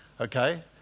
Okay